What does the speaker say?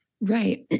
Right